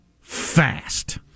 fast